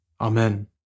Amen